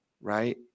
Right